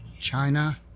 China